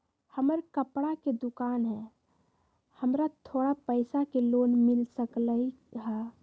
हमर कपड़ा के दुकान है हमरा थोड़ा पैसा के लोन मिल सकलई ह?